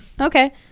Okay